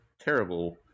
terrible